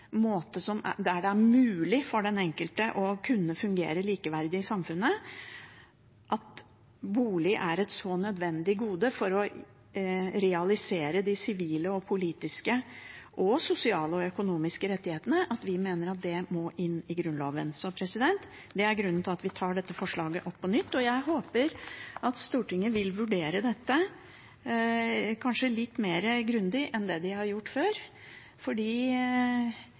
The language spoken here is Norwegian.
måte der det er mulig for den enkelte å kunne fungere likeverdig i samfunnet – at bolig er et så nødvendig gode for å realisere de sivile og politiske og sosiale og økonomiske rettighetene at vi mener det må inn i Grunnloven. Det er grunnen til at vi tar dette forslaget opp på nytt. Jeg håper at Stortinget vil vurdere dette kanskje litt mer grundig enn det de har gjort før,